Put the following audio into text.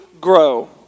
grow